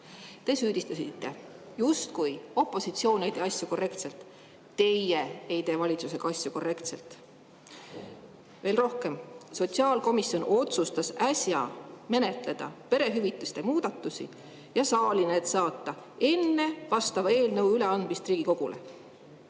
Te süüdistasite, justkui opositsioon ei tee asju korrektselt. Teie ei tee valitsusega asju korrektselt. Veel rohkem, sotsiaalkomisjon otsustas äsja menetleda perehüvitiste muudatusi ja need saali saata enne vastava eelnõu üleandmist Riigikogule.